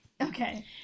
Okay